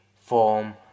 form